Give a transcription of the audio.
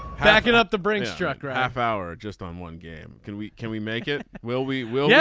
backing up the bring struck our half hour just on one game. can we can we make it. well we will. yeah